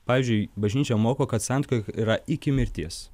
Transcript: pavyzdžiui bažnyčia moko kad santuokoj yra iki mirties